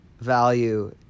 value